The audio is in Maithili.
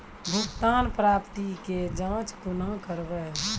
भुगतान प्राप्ति के जाँच कूना करवै?